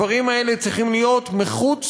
הדברים האלה צריכים להיות מחוץ